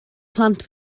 plant